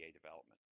development